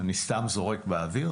אני סתם זורק באוויר